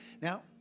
Now